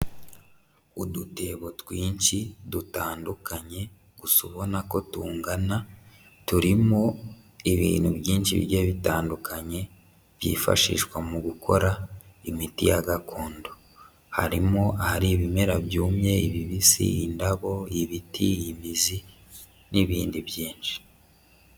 Udutebo twinshi dutandukanye gusa ubona ko tungana, turimo ibintu byinshi bigiye bitandukanye byifashishwa mu gukora imiti ya gakondo, harimo ahari ibimera byumye, ibibisi, indabo, ibiti, imizi n'ibindi byinshi.